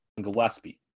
Gillespie